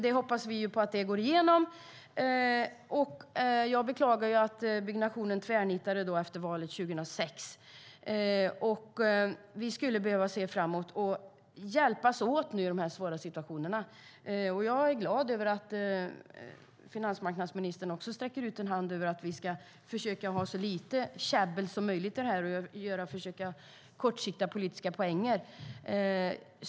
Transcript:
Vi hoppas på att det går igenom. Jag beklagar att byggnationen tvärnitade efter valet 2006. Vi skulle behöva se framåt och hjälpas åt i de svåra situationerna. Jag är glad över att finansmarknadsministern också sträcker ut en hand och tycker att vi ska försöka ha så lite käbbel som möjligt i det här och inte försöka ta kortsiktiga politiska poänger.